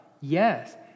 Yes